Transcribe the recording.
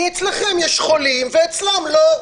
כי אצלכם יש חולים ואצלם לא.